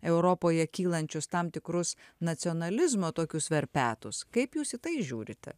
europoje kylančius tam tikrus nacionalizmo tokius verpetus kaip jūs į tai žiūrite